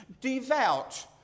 devout